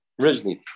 originally